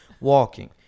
walking